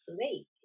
sleep